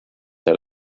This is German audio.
hat